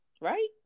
right